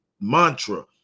mantra